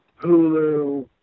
Hulu